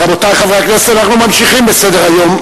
רבותי חברי הכנסת, אנחנו ממשיכים בסדר-היום.